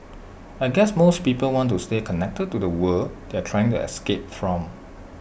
I guess most people want to stay connected to the world they are trying to escape from